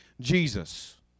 Jesus